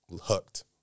Hooked